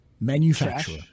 Manufacturer